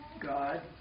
God